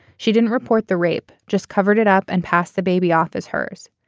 she didn't report the rape just covered it up and pass the baby off as hers.